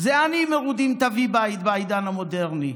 זה "עניים מרודים תביא בית" בעידן המודרני.